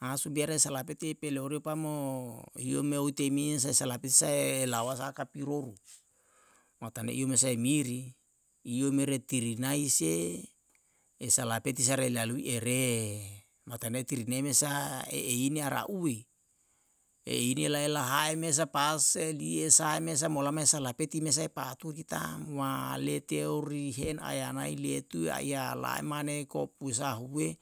Asu biare salapeti epele oripa mo hio me oitemi sae salapi sae lawa saka pirou, matane i sae i miri iyo mere tirinae se e salapeti sae re lalui ere matanei tirine mesa eine araue eine lae lahae mesa pas elie sae me molama e salapeti me sae pa'aturi ta'm walete orihen aya nai lietu aya lae mane kopu sahue